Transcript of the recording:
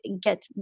get